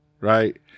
right